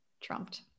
trumped